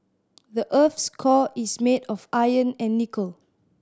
the earth's core is made of iron and nickel